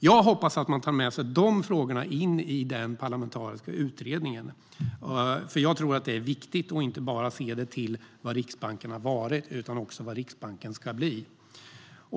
Jag hoppas att man tar med sig de frågorna in i den parlamentariska utredningen, för jag tror att det är viktigt att inte bara se till vad Riksbanken har varit utan också till vad Riksbanken ska bli.